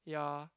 ya